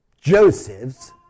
Joseph's